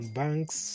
banks